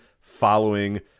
following